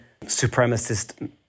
supremacist